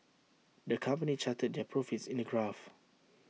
the company charted their profits in A graph